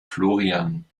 florian